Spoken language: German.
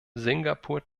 singapur